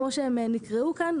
כמו שהם נקראו כאן,